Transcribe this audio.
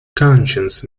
conscience